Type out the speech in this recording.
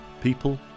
people